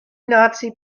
nazi